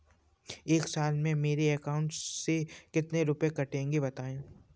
एक साल में मेरे अकाउंट से कितने रुपये कटेंगे बताएँ?